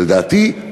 לדעתי,